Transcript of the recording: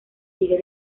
sigue